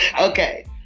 okay